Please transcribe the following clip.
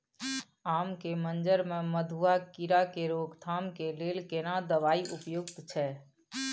आम के मंजर में मधुआ कीरा के रोकथाम के लेल केना दवाई उपयुक्त छै?